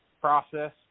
process